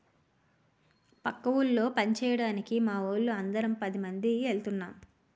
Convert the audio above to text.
పక్క ఊళ్ళో పంచేయడానికి మావోళ్ళు అందరం పదిమంది ఎల్తన్నం